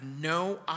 no